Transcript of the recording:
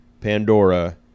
Pandora